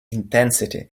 intensity